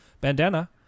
bandana